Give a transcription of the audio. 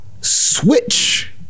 switch